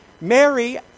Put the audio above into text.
Mary